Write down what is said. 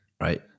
right